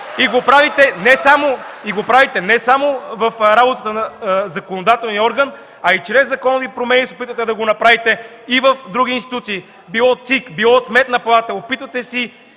Правите го не само в работата на законодателния орган, а и чрез законови промени се опитвате да го направите и в други институции – било ЦИК, било Сметна палата. Опитвате се